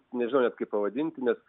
nežinau net kaipo pavadinti nes